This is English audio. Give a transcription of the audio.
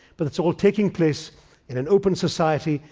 but, it's all taking place in an open society,